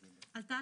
עלתה